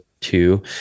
two